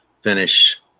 finish